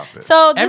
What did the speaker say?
so-